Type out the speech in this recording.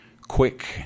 quick